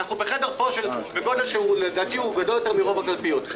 אנחנו נמצאים עכשיו בחדר שלדעתי גדול יותר מרוב הקלפיות,